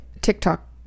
TikTok